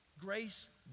Grace